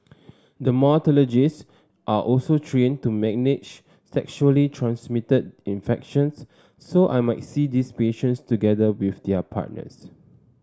dermatologist are also trained to manage sexually transmitted infections so I might see these patients together with their partners